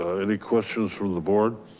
ah any questions from the board?